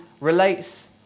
relates